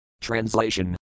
Translation